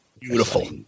Beautiful